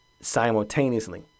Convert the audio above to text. simultaneously